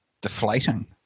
deflating